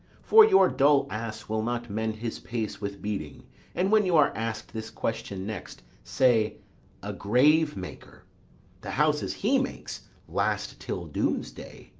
for your dull ass will not mend his pace with beating and when you are asked this question next, say a grave-maker the houses he makes last till doomsday.